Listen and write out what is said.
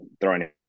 throwing